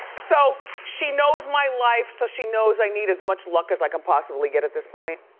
so she knows my life, so she knows i need as much luck as i can possibly get at this point.